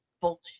bullshit